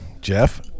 Jeff